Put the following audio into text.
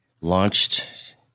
launched